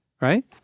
Right